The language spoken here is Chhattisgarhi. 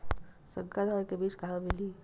संकर धान के बीज कहां मिलही?